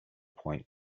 point